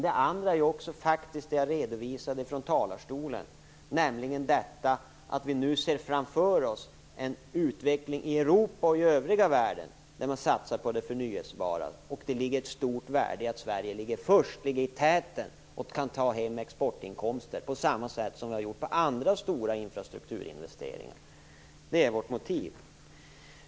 Det andra är det som jag faktiskt redovisade från talarstolen, nämligen att vi nu ser framför oss en utveckling i Europa och i övriga världen där man satsar på det förnyelsebara och att det ligger ett stort värde i att Sverige ligger i täten och kan ta hem exportinkomster på samma sätt som vi har gjort på andra stora infrastrukturinvesteringar. Det är vårt motiv.